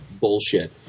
bullshit